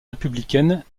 républicaine